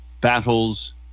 battles